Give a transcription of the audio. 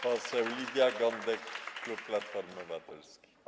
Poseł Lidia Gądek, klub Platformy Obywatelskiej.